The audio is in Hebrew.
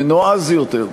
נועז יותר,